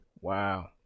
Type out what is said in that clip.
Wow